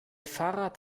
fahrrad